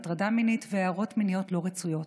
הטרדה מינית והערות מיניות לא רצויות.